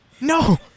no